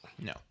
No